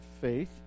faith